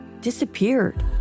disappeared